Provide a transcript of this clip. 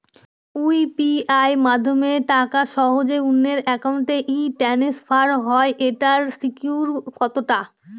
UPI মাধ্যমে টাকা সহজেই অন্যের অ্যাকাউন্ট ই ট্রান্সফার হয় এইটার সিকিউর কত টা?